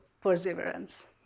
perseverance